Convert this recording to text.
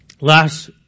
Last